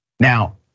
Now